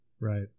Right